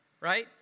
right